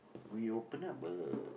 we open up a